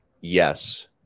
Yes